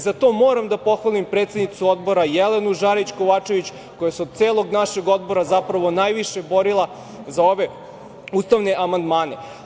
Zato moram da pohvalim predsednicu Odbora Jelenu Žarić Kovačević koja se od celog našeg Odbora najviše borila za ove ustavne amandmane.